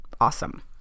Awesome